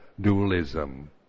dualism